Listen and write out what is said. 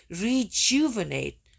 rejuvenate